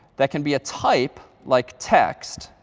that can be a type like text,